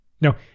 Now